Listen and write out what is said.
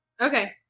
Okay